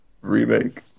Remake